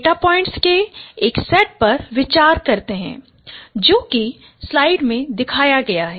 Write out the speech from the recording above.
data points के एक set पर विचार करते हैं जो कि स्लाइड में दिखाया गया है